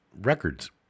Records